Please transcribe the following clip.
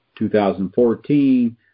2014